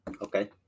Okay